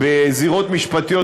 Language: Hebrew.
בזירות משפטיות,